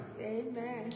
Amen